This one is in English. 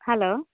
hello